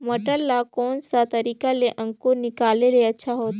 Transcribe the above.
मटर ला कोन सा तरीका ले अंकुर निकाले ले अच्छा होथे?